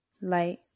light